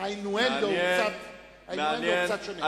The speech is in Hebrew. והאינואנדו קצת שונה,